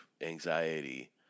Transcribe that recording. anxiety